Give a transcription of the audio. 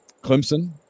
Clemson